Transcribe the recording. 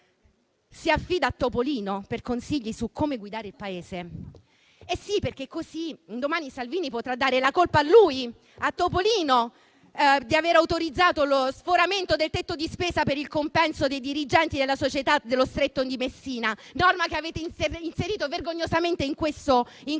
si affida a Topolino per consigli su come guidare il Paese; sì, perché così un domani Salvini potrà dare la colpa a Topolino di aver autorizzato lo sforamento del tetto di spesa per il compenso dei dirigenti della società Stretto di Messina, norma che avete inserito vergognosamente in questo testo.